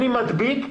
אני מדביק,